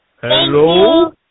Hello